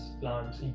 plants